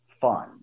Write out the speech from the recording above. fun